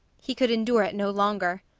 he could endure it no longer.